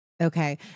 Okay